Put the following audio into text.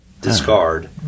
Discard